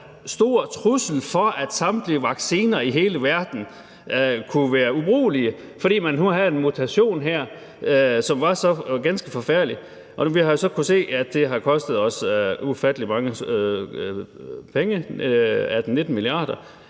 stor risiko for, at samtlige vacciner i hele verden kunne være ubrugelige, fordi der nu var en mutation her, som var så ganske forfærdelig. Vi har så kunnet se, at det har kostet os ufattelig mange penge, 18-19 mia.